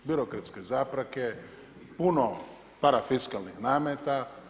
Birokratske zapreke, puno parafiskalnih nameta.